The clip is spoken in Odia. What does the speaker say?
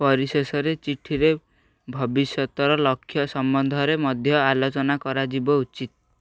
ପରିଶେଷରେ ଚିଠିରେ ଭବିଷ୍ୟତର ଲକ୍ଷ୍ୟ ସମ୍ବନ୍ଧରେ ମଧ୍ୟ ଆଲୋଚନା କରାଯିବା ଉଚିତ୍